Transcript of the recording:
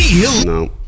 No